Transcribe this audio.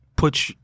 Put